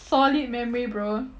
solid memory bro